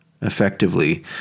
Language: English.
Effectively